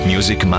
Music